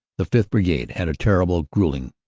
the fifth. brigade had a terrible gruelling,